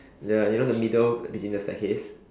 the you know the middle between the staircase